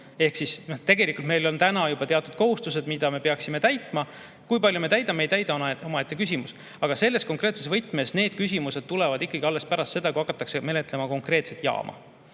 Ehk tegelikult meil on täna juba teatud kohustused, mida me peaksime täitma. Kui palju me täidame või ei täida, on omaette küsimus. Aga selles konkreetses võtmes need küsimused tulevad ikkagi alles pärast seda, kui hakatakse menetlema konkreetse jaama